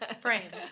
framed